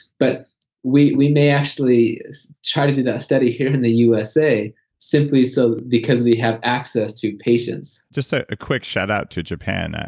but we we may actually try to do that study here in the usa simply so because we have access to patients just a ah quick shout out to japan.